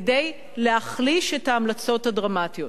להחליש את ההמלצות הדרמטיות.